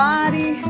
Body